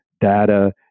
data